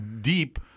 deep